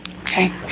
Okay